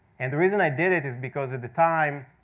and the reason i did it is because, at the time,